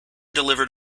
delivered